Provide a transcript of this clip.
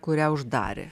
kurią uždarė